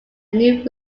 new